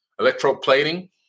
electroplating